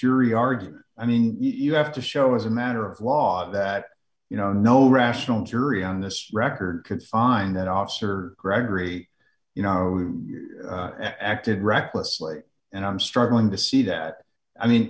jury argument i mean you have to show as a matter of law that you know no rational jury on this record could find that officer gregory you know acted recklessly and i'm struggling to see that i mean